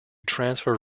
transfer